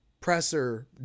presser